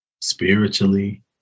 spiritually